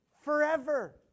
forever